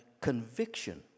conviction